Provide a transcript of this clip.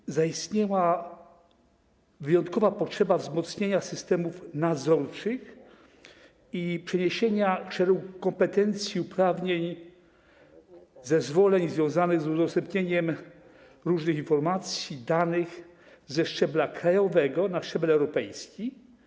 Wtedy zaistniała wyjątkowa potrzeba wzmocnienia systemów nadzorczych i przeniesienia szeregu kompetencji i uprawnień, zezwoleń związanych z udostępnieniem różnych informacji, przekazywaniem danych ze szczebla krajowego na szczebel europejski.